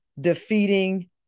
defeating